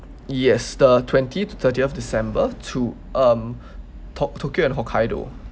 yes the twenty to thirtieth december two um to~ tokyo and hokkaido